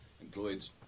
employed